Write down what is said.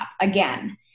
again